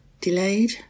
Delayed